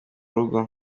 rugo